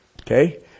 Okay